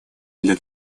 для